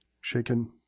shaken